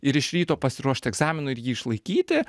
ir iš ryto pasiruošt egzaminui ir jį išlaikyti